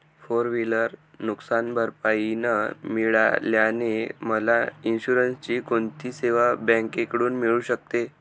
Four wheeler नुकसानभरपाई न मिळाल्याने मला इन्शुरन्सची कोणती सेवा बँकेकडून मिळू शकते?